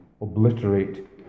obliterate